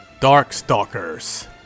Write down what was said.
Darkstalkers